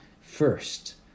first